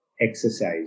exercise